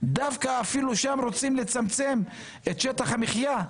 דווקא שם רוצים לצמצם את שטח המחיה?